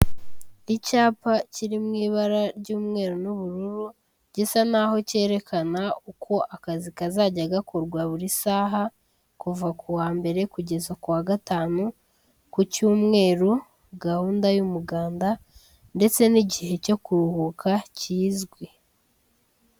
icyapa kiri mu ibara ry'umweru n'ubururu gisa naho cyerekana uko akazi kazajya gakorwa buri saha kuva ku wa mbere kugeza ku wa gatanu ku cyumweru gahunda y'umuganda ndetse n'igihe cyo kuruhuka kizwi.